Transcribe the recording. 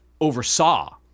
oversaw